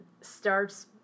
starts